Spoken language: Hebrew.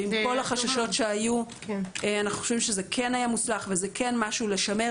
עם כל החששות שהיו אנחנו חושבים שזה היה מוצלח וזה כן משהו לשמר.